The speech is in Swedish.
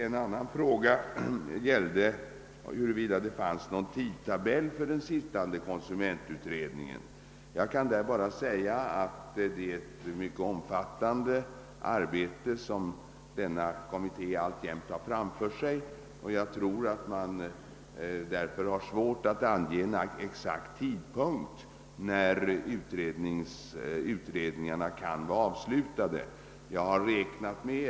En annan fråga gällde huruvida det fanns någon tidtabell för den sittande konsumentutredningen. Jag kan bara säga att det är ett mycket omfattande arbete som denna kommitté alltjämt har framför sig, och jag tror att man därför har svårt att ange någon exakt tidpunkt för när utredningarna kan vara avslutade.